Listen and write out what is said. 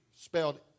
spelled